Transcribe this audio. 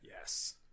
yes